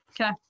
okay